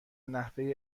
نحوه